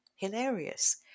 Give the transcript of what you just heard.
hilarious